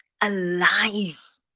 alive